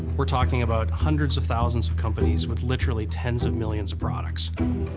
we're talking about hundreds of thousands of companies with literally tens of millions of products.